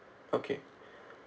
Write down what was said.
okay